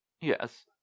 Yes